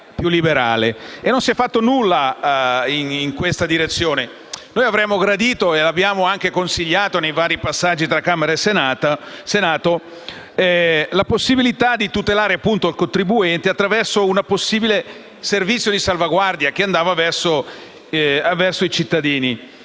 non si è fatto nulla in questa direzione. Noi avremmo gradito - e lo abbiamo anche consigliato nei vari passaggi del testo tra Camera e Senato - la possibilità di tutelare il contribuente attraverso un possibile servizio di salvaguardia che andava verso i cittadini.